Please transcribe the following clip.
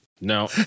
No